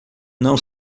não